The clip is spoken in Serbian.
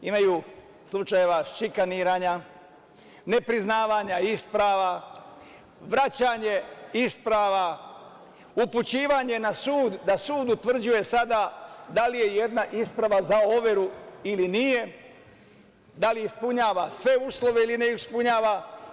Ima slučajeva šikaniranja, nepriznavanja isprava, vraćanje isprava, upućivanje na sud da sud utvrđuje sada da li je jedna isprava za overu ili nije, da li ispunjava sve uslove ili ne ispunjava.